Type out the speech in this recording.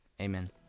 Amen